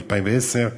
או ב-2010,